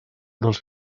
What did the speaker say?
dels